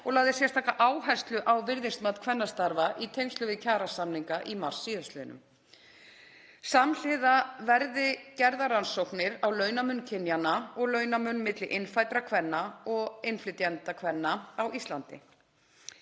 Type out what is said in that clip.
Hún lagði sérstaka áherslu á virðismat kvennastarfa í tengslum við kjarasamninga í mars síðastliðnum og að samhliða verði gerðar rannsóknir á launamun kynjanna og launamun milli innfæddra kvenna og innflytjendakvenna á Íslandi.